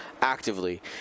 actively